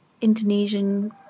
Indonesian